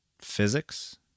physics